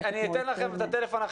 אני אתן לכם את הטלפון,